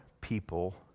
people